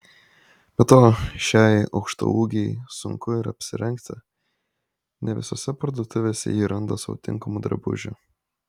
be to šiai aukštaūgei sunku ir apsirengti ne visose parduotuvėse ji randa sau tinkamų drabužių